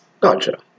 Gotcha